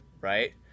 right